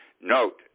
Note